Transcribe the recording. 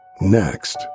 Next